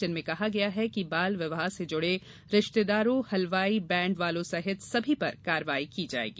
जिनमें कहा गया है कि बाल विवाह से जुड़े रिश्तेदारों हलवाई बैंड वालो सहित सभी पर कार्यवाही की जायेगी